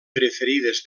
preferides